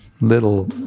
little